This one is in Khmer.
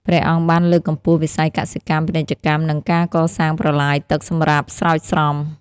ព្រះអង្គបានលើកកម្ពស់វិស័យកសិកម្ម ពាណិជ្ជកម្ម និងការកសាងប្រឡាយទឹកសម្រាប់ស្រោចស្រព។